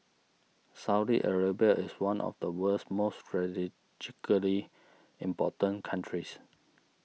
Saudi Arabia is one of the world's most strategically important countries